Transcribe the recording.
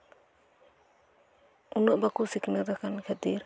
ᱩᱱᱟᱹᱜ ᱵᱟᱠᱚ ᱥᱤᱠᱷᱱᱟᱹᱛ ᱟᱠᱟᱱ ᱠᱷᱟᱹᱛᱤᱨ